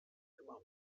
immer